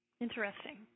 Interesting